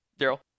Daryl